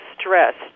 Stressed